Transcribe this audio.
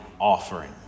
offering